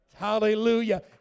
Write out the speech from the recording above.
Hallelujah